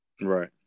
Right